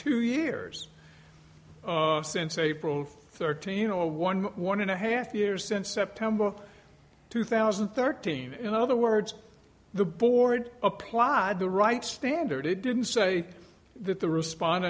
two years since april of thirteen zero one one and a half years since september two thousand and thirteen in other words the board applied the right standard it didn't say that the respond